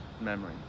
memory